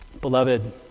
Beloved